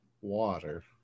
water